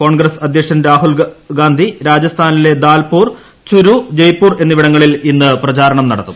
കോൺഗ്രസ് അധ്യക്ഷൻ രാഹുൽഗാന്ധി രാജസ്ഥാനിലെ ദാൽപൂർ ചുരൂ ജയ്പൂർ എന്നിവിടങ്ങളിൽ ഇന്ന് പ്രചാരണം നടത്തും